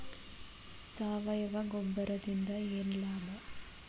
ಸಾವಯವ ಗೊಬ್ಬರದಿಂದ ಏನ್ ಲಾಭ?